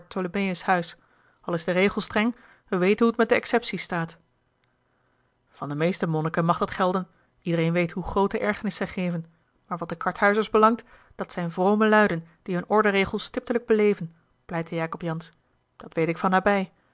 al is de regel streng wij weten hoe t met de excepties staat van de meeste monniken mag dat gelden iedereen weet hoe groote ergernis zij geven maar wat de karthuizers belangt dat zijn vrome luiden die hun orde regel stiptelijk beleven pleitte jacob jansz dat weet ik van nabij